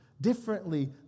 differently